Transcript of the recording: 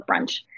brunch